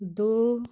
दो